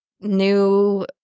new